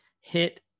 hit